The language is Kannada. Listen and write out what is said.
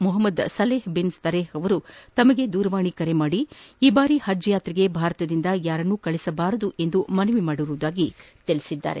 ಮೊಹಮ್ಮದ್ ಸಲೆಪ್ ಬಿನ್ ತಹೇರ್ ಅವರು ತಮಗೆ ದೂರವಾಣಿ ಕರೆ ಮಾಡಿ ಈ ಬಾರಿ ಪಜ್ ಯಾತ್ರೆಗೆ ಭಾರತದಿಂದ ಯಾರನ್ನೂ ಕಳುಹಿಸಬಾರದು ಎಂದು ಹೇಳಿರುವುದಾಗಿ ಸ್ಪಷ್ಟಪಡಿಸಿದ್ದಾರೆ